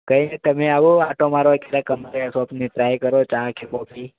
કંઈ નહિ તમે આવો આંટો મારવા ક્યારેક અમારે શોપ ટ્રાય કરો ચા કોફી